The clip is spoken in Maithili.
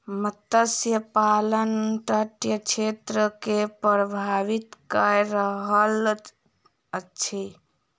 मत्स्य पालन तटीय क्षेत्र के प्रभावित कय रहल अछि